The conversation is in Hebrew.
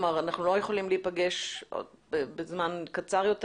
כלומר אנחנו לא יכולים להיפגש בזמן קצר יותר